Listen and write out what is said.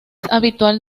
habitual